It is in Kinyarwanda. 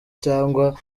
cyangwa